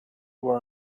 were